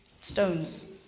stones